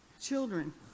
Children